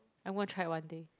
I'm gonna try it one day